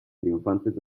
triunfantes